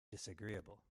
disagreeable